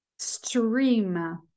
stream